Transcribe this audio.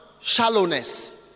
shallowness